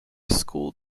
school